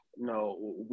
No